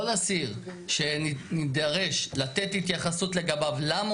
כל אסיר שנידרש לתת התייחסות לגביו למה